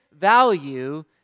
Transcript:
value